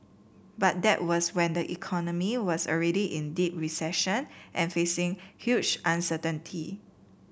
but that was when the economy was already in deep recession and facing huge uncertainty